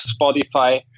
Spotify